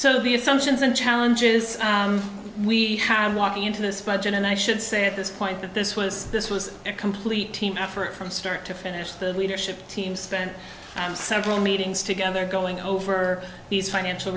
assumptions and challenges we have walking into this budget and i should say at this point that this was this was a complete team effort from start to finish the leadership team spent several meetings together going over these financial